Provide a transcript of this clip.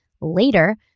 Later